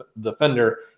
defender